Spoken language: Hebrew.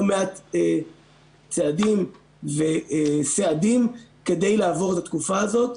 מעט צעדים וסעדים כדי לעבור את התקופה הזאת.